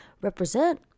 represent